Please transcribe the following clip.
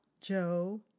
Joe